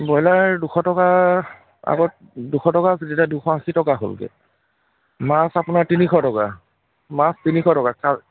broiler দুশ টকা আগত দুশ টকা আছিলে এতিয়া দুশ আশী টকা হ'লগৈ মাছ আপোনাৰ তিনিশ টকা মাছ তিনিশ টকা চা